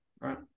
right